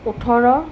ওঠৰ